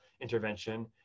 intervention